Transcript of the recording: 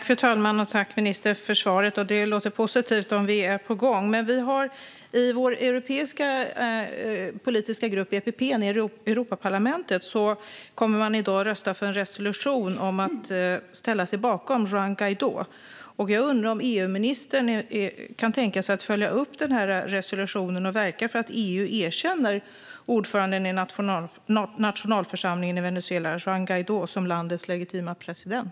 Fru talman! Tack, ministern, för svaret! Det låter positivt om vi är på gång. I EPP, vår europeiska politiska grupp i Europaparlamentet, kommer man i dag att rösta för en resolution om att ställa sig bakom Juan Guaidó. Jag undrar om EU-ministern kan tänka sig att följa upp denna resolution och verka för att EU erkänner ordföranden i nationalförsamlingen i Venezuela, Juan Guaidó, som landets legitime president?